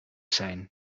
zijn